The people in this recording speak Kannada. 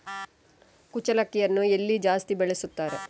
ಕುಚ್ಚಲಕ್ಕಿಯನ್ನು ಎಲ್ಲಿ ಜಾಸ್ತಿ ಬೆಳೆಸುತ್ತಾರೆ?